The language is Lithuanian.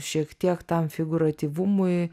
šiek tiek tam figūratyvumui